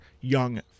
young